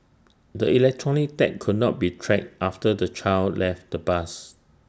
the electronic tag could not be tracked after the child left the bus